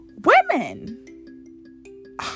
women